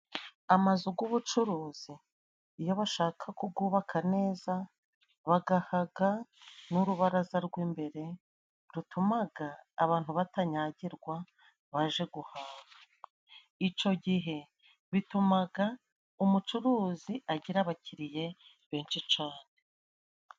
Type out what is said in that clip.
Amazu g'ubucuruzi iyo bashaka kugubaka neza bagahaga n'urubaraza rw'imbere, rutumaga abantu batanyagirwa baje guhaha. Ico gihe bitumaga umucuruzi agira abakiriya benshi cane.